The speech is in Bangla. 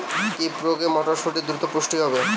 কি প্রয়োগে মটরসুটি দ্রুত পুষ্ট হবে?